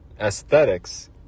aesthetics